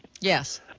Yes